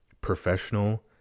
professional